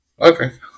Okay